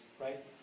right